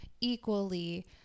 equally